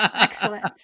Excellent